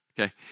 Okay